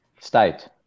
state